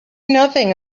nothing